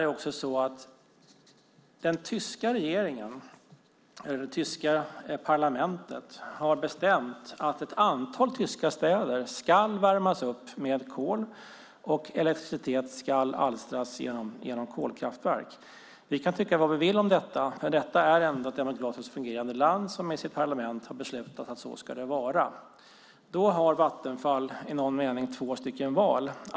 Det tyska parlamentet har bestämt att ett antal tyska städer ska värmas upp med kol och att elektricitet ska alstras genom kolkraftverk. Vi kan tycka vad vi vill om detta, men detta är ändå ett demokratiskt fungerande land som i sitt parlament har beslutat att så ska det vara. Då har Vattenfall i någon mening två val.